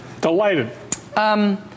Delighted